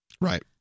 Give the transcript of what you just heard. right